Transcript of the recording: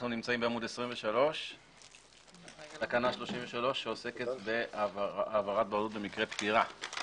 אנחנו נמצאים בעמוד 23 בתקנה 33 שעוסקת בהעברת בעלות במקרה פטירה.